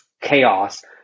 chaos